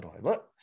look